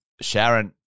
Sharon